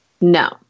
No